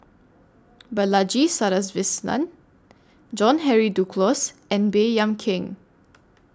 Balaji Sadasivan John Henry Duclos and Baey Yam Keng